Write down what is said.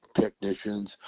technicians